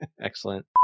Excellent